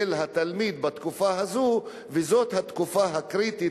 של התלמיד, בתקופה הזאת, וזאת התקופה הקריטית